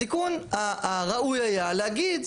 התיקון הראוי היה להגיד,